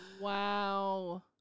Wow